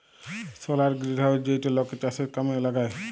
সলার greenhouse যেইটা লক চাষের জনহ কামে লাগায়